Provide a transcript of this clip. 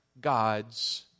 God's